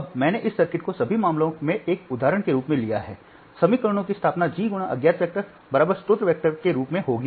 अब मैंने इस सर्किट को सभी मामलों में एक उदाहरण के रूप में लिया है समीकरणों की स्थापना G × अज्ञात वेक्टर स्रोत वेक्टर के रूप में होगी